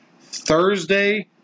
Thursday